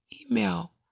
email